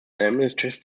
administrative